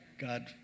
God